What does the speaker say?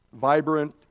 vibrant